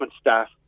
staff